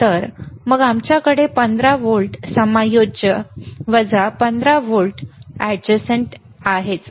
मग आमच्याकडे 15 व्होल्ट समायोज्य वजा 15 व्होल्ट ADJ आहे